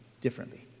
differently